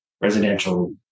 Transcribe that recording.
residential